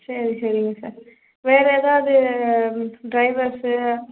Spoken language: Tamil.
சரி சரிங்க சார் வேறு ஏதாவது ட்ரைவர்ஸு